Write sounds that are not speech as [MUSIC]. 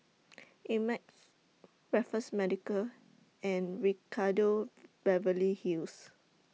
[NOISE] Ameltz Raffles Medical and Ricardo Beverly Hills